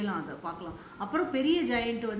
நீங்க செய்யலாம் அத பாக்கலாம்:neenga seilaam atha paakkalam